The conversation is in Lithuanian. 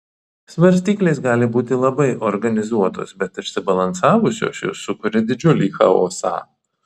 svarstyklės gali būti labai organizuotos bet išsibalansavusios jos sukuria didžiulį chaosą